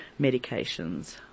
medications